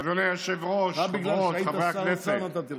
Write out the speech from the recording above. אדוני היושב-ראש, חברות וחברי הכנסת,